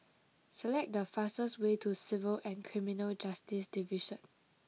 select the fastest way to Civil and Criminal Justice Division